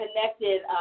connected